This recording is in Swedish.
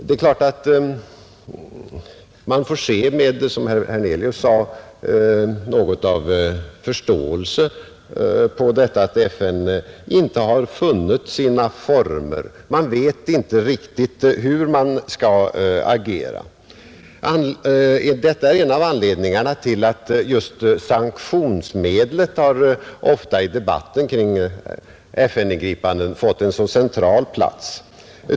Det är klart att man får se med, som herr Hernelius sade, något av förståelse på det förhållandet att FN inte har funnit sina former. Man vet inte riktigt hur man skall agera. Detta är en av anledningarna till att just sanktionsmedlet ofta i debatten kring FN-ingripanden fått en så central plats.